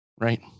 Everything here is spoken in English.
Right